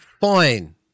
fine